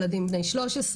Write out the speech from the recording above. ילדים בני 13,